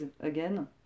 again